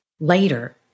Later